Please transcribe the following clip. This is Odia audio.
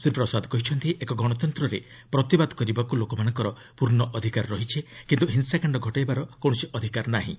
ଶ୍ରୀ ପ୍ରସାଦ କହିଛନ୍ତି ଏକ ଗଣତନ୍ତ୍ରରେ ପ୍ରତିବାଦ କରିବାକ୍ ଲୋକମାନଙ୍କର ପୂର୍ଣ୍ଣ ଅଧିକାର ରହିଛି କିନ୍ତ୍ର ହିଂସାକାଣ୍ଡ ଘଟାଇବାର କୌଣସି ଅଧିକାର ନାହିଁ